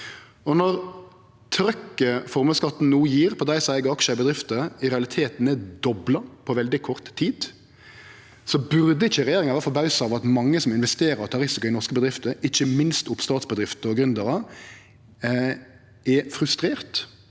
Når trykken formuesskatten no gjev på dei som eig aksjar i bedrifter, i realiteten er dobla på veldig kort tid, burde ikkje regjeringa vere forbausa over at mange som investerer og tek risikoar i norske bedrifter – ikkje minst oppstartsbedrifter og gründerar – er frustrerte